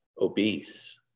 obese